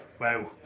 wow